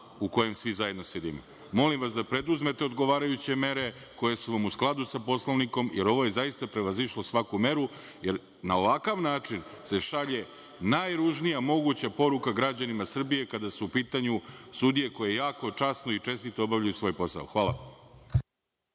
u kojem svi zajedno sedimo. Molim vas da preduzmete odgovarajuće mere, koje su vam u skladu sa Poslovnikom, jer ovo je zaista prevazišlo svaku meru, jer se na ovakav način šalje najružnija moguća poruka građanima Srbije kada su u pitanju sudije koje jako časno i čestito obavljaju svoj posao. Hvala.